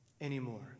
anymore